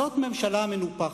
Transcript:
זאת ממשלה מנופחת,